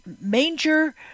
manger